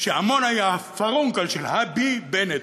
שעמונה היא הפרונקל של ה"ביבנט".